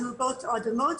צהובות או אדומות,